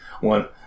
one